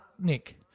Nick